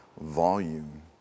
volume